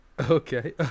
Okay